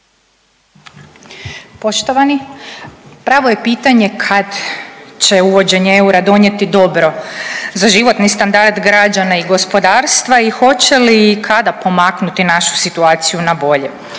Poštovani, pravo je pitanje kad će uvođenje eura donijeti dobro za životni standard građana i gospodarstva i hoće li i kada pomaknuti našu situaciju na bolje.